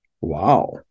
Wow